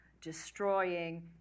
destroying